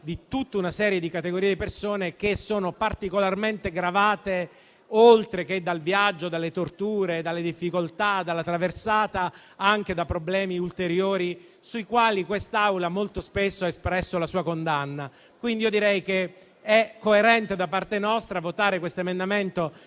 tutta una serie di categorie di persone che sono particolarmente gravate, oltre che dal viaggio, dalle torture, dalle difficoltà e dalla traversata, anche da problemi ulteriori, sui quali quest'Aula molto spesso ha espresso la sua condanna. Quindi direi che è coerente da parte nostra votare a favore di questo emendamento